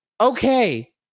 okay